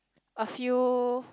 a few